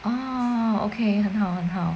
oh okay 很好很好